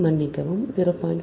மன்னிக்கவும் 0